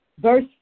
Verse